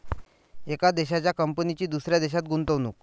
एका देशाच्या कंपनीची दुसऱ्या देशात गुंतवणूक